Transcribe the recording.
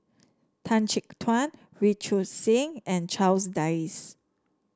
Tan Chin Tuan Wee Choon Seng and Charles Dyce